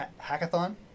hackathon